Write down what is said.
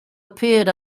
appeared